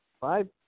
five